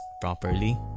properly